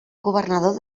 governador